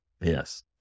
Yes